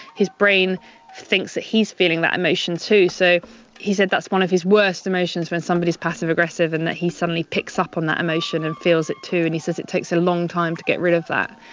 his brain thinks that he's feeling that emotion too, so he said that's one of his worst emotions, when somebody's passive aggressive and that he suddenly picks up on that emotion and feels it too, and he says it takes a long time to get rid of that.